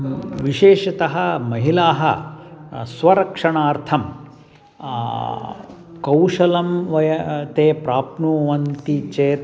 विशेषतः महिलाः स्वरक्षणार्थं कौशलं वयं ते प्राप्नुवन्ति चेत्